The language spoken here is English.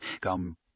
Come